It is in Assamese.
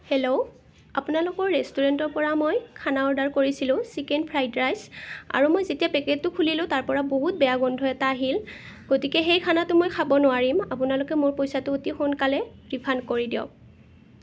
হেল্ল' আপোনালোকৰ ৰেষ্টুৰেণ্টৰ পৰা মই খানা অৰ্ডাৰ কৰিছিলোঁ চিকেন ফ্ৰাইড ৰাইচ আৰু মই যেতিয়া পেকেটটো খুলিলোঁ তাৰ পৰা বহুত বেয়া গোন্ধ এটা আহিল গতিকে সেই খানাটো মই খাব নোৱাৰিম আপোনালোকে মোৰ পইচাটো অতি সোনকালে ৰিফাণ্ড কৰি দিয়ক